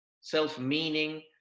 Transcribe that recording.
self-meaning